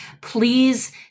please